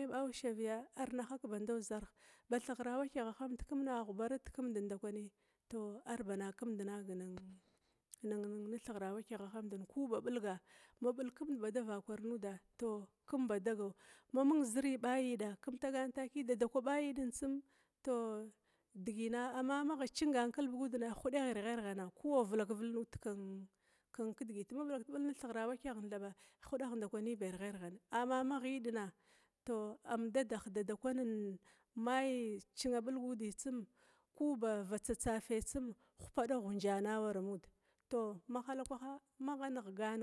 Magha ba me ɓa ushavga, arna hak bankwah zarh, ba thirghra wakyaghamd kimna ghubara ndikwaha dekimd ndakwi, ton arba nakind naga bad naga nin thirgha wakyaghahandad ku ba biuga ku bilkimd bad pilg nuda kimba dagawma mung ziri ɓa yida, kim tagana takia dadakwa ɓa yidi tsum tou digina amma magha cingan kelbigudna ghudagh ba righa-ra ghana ku bau ba vilak vilg nuda ken kidigit tou ma billakit pilg thighra wakyaghna hudagh ndakwi ba ragha-raghan amma magha yidna tou am ladah dadak ulan maya ɓa cina ɓillgudi tsumku ba tsatsa tsafe tsum ghupada ghunjana mud tou mahala kwaha magha neghgan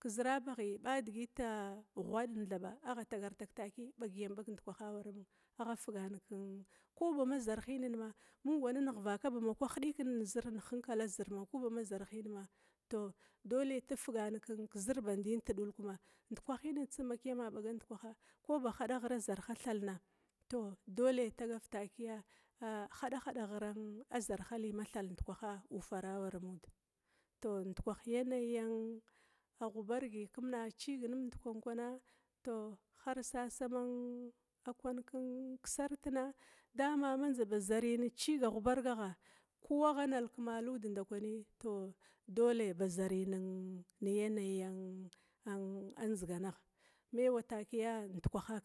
kezrabaghi ɓa digit ghwadan thaba agha tagar tag taki ɓagbi ndikwaha waramung agha figan ko baman ma zarhina nighivaka bamang sarta ghidikina hala zirina ku bama zarhin ma tou dole ifigan kezir bandin tudula kuma ndikwahin tsum ma kiyama ɓaga ndkwaha, ko ba hada ghira zarha thalna tou dole tagav takia hadahada ghira zarha li mathal ndkwa ufar amud tou ndkwaha yanayi an aghubargi kima cigit nimd kwan kwana tou har sasama kwan kesartana dama manza ba zari ghubarga cigigha, ku agha nal kemalud ndakwani tou dole ba zari nin na yaniyan anndziga nagha mewa takia ndkwahan kiskigh.